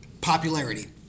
popularity